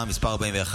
11,